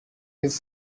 his